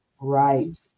Right